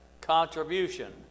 contribution